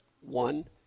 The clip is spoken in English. One